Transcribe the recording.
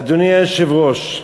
אדוני היושב-ראש,